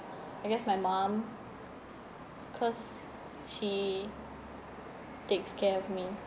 I guess my mum cause she takes care of me and